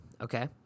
okay